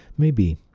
maybe.